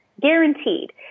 guaranteed